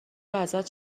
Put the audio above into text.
ازت